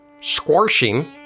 squashing